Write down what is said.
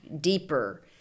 deeper